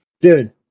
Dude